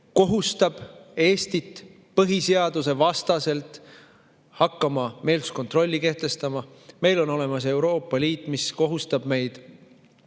kohustab Eestit põhiseadusvastaselt hakkama meelsuskontrolli kehtestama. Meil on olemas Euroopa Liit, mis kohustab meid